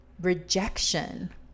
rejection